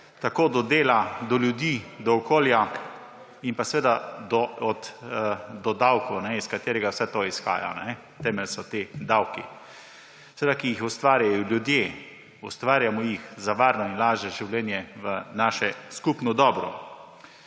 odnos do dela, do ljudi, do okolja in pa seveda do davkov, iz katerih vse to izhaja. Tema so davki, seveda, ki jih ustvarjajo ljudje, ustvarjamo jih za varno in lažje življenje v naše skupno dobro.